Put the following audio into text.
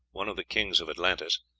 one of the kings of atlantis,